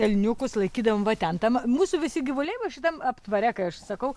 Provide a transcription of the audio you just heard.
elniukus laikydavom va ten tam mūsų visi gyvuliai va šitam aptvare kai aš sakau